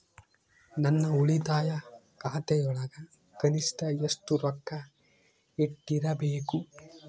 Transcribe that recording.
ನನ್ನ ಉಳಿತಾಯ ಖಾತೆಯೊಳಗ ಕನಿಷ್ಟ ಎಷ್ಟು ರೊಕ್ಕ ಇಟ್ಟಿರಬೇಕು?